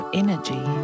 energy